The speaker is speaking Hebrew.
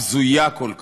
הבזויה כל כך.